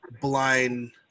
blind